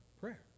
prayer